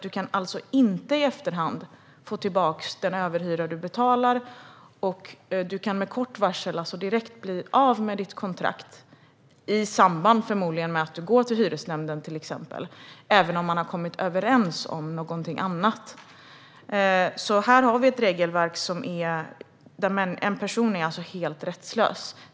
Du kan alltså inte i efterhand få tillbaka den överhyra du betalt. Du kan med kort varsel direkt bli av med ditt kontrakt - förmodligen i samband med att du till exempel går till hyresnämnden, även om man har kommit överens om någonting annat. Här har vi alltså ett regelverk där en person är helt rättslös.